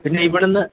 പിന്നെ ഇവിടെന്ന്